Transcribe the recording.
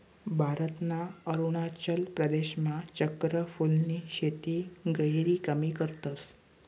भारतना अरुणाचल प्रदेशमा चक्र फूलनी शेती गहिरी कमी करतस